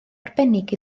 arbennig